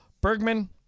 Bergman